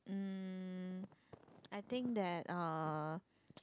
um I think that uh